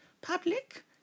public